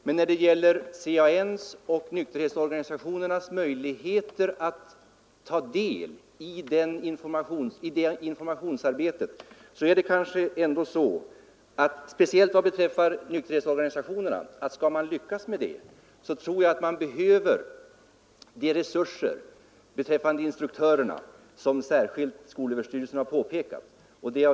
Men när det gäller CAN:s och nykterhetsorganisationernas möjlighet att ta del i informationsarbetet är det ändå så — och det gäller speciellt nykterhetsorganisationerna — att skall man lyckas behöver man de resurser för instruktörerna som skolöverstyrelsen har pekat på.